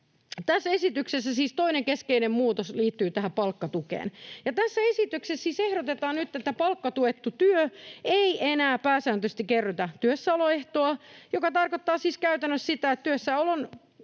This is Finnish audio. Tässä esityksessä siis toinen keskeinen muutos liittyy tähän palkkatukeen. Tässä esityksessä siis ehdotetaan nyt, että palkkatuettu työ ei enää pääsääntöisesti kerrytä työssäoloehtoa, mikä tarkoittaa siis käytännössä sitä, että työssäolon